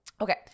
Okay